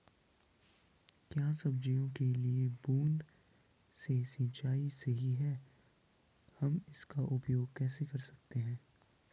क्या सब्जियों के लिए बूँद से सिंचाई सही है हम इसका उपयोग कैसे कर सकते हैं?